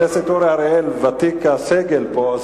חבר הכנסת אורי אריאל ותיק הסגל פה,